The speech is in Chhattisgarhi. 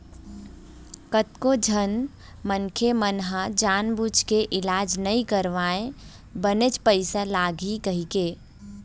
कतको झन मनखे मन ह जानबूझ के इलाज नइ करवाय बनेच पइसा लगही कहिके